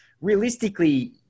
realistically